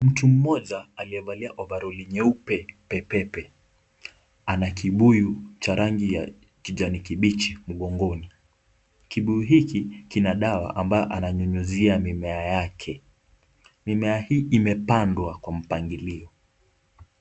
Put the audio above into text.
Mtu mmoja aliyevalia ovalori nyeupe pepepe ana kibuyu cha rangi ya kijani kibichi mgongoni ,kibuyu hiki kina dawa ambayo ananyunyizia mimea yake ,mimea hii imepandwa kwa mpangilio.